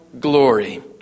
glory